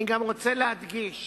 אני גם רוצה להדגיש